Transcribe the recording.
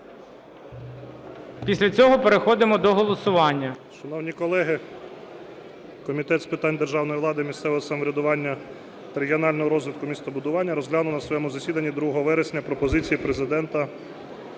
Після цього переходимо до голосування.